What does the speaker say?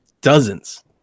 dozens